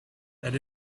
that